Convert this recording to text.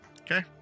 Okay